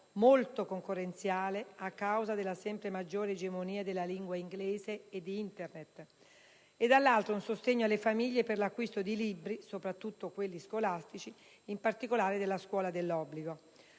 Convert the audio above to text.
molto concorrenziale a causa della sempre maggiore egemonia della lingua inglese e di Internet e, dall'altro, un sostegno alle famiglie per l'acquisto di libri, soprattutto quelli scolastici, in particolare della scuola dell'obbligo.